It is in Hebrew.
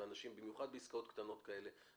במיוחד בעסקאות קטנות כאלה.